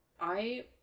I-